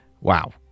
wow